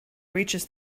reaches